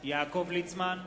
יעקב ליצמן,